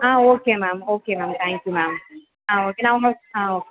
ah okay ma'am okay ma'am thank you ma'am ah okay நான் உங்களுக்கு ah okay ma'am